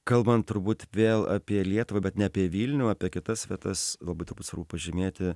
kalbant turbūt vėl apie lietuvą bet ne apie vilnių apie kitas vietas labai turbūt svarbu pažymėti